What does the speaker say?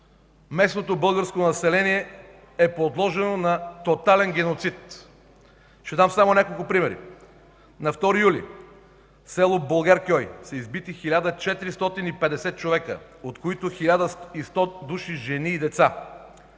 Местното българско население е подложено на тотален геноцид. Ще дам само няколко примера: - на 2 юли в село Булгаркьой са избити 1450 човека, от които 1100 души жени и деца;